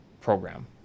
program